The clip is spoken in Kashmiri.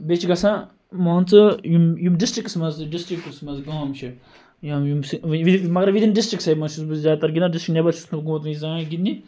بیٚیہِ چھِ گَژھان مان ژٕ یِم ڈِسٹرکس مَنٛز ڈِسٹرکس مَنٛز گام چھِ مگر وِدِن ڈِسٹرکسٕے چھُس بہٕ زیادٕ تر گِنٛدان ڈِسٹرک نیٚبَر چھُس نہٕ ؤنہِ گوٚمُت بہٕ زٕہٕنۍ گِنٛدنہِ